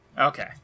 Okay